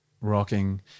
rocking